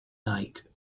night